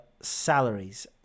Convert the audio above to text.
salaries